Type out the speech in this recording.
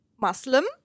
Muslim